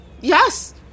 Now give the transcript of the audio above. yes